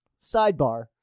sidebar